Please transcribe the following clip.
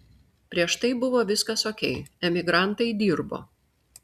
prieš tai buvo viskas okei emigrantai dirbo